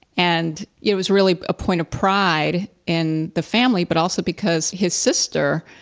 and it was really a point of pride in the family, but also because his sister,